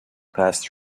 passed